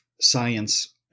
science